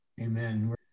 Amen